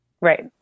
Right